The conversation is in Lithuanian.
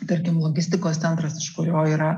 tarkim logistikos centras iš kurio yra